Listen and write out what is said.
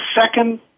second